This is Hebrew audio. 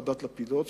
ועדת-לפידות,